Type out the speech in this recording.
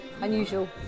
Unusual